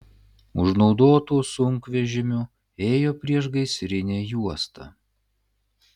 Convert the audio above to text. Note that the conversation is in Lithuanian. už naudotų sunkvežimių ėjo priešgaisrinė juosta